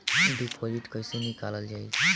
Deposit कैसे निकालल जाइ?